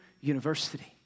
university